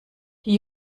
die